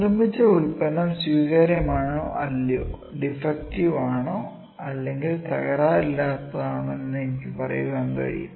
നിർമ്മിച്ച ഉൽപ്പന്നം സ്വീകാര്യമാണോ അല്ലയോ ഡിഫെക്ടിവ് ആണോ അല്ലെങ്കിൽ തകരാറില്ലാത്തതാണോ എന്ന് എനിക്ക് പറയാൻ കഴിയും